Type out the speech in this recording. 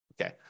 Okay